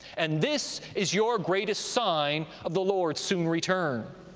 and this is your greatest sign of the lord's soon return.